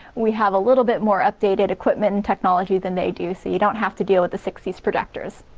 we have a little bit more updated equipment and technology than they do, so you don't have to deal with the sixty s protectors.